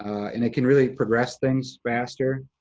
and it can really progress things faster.